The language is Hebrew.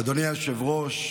אדוני היושב-ראש,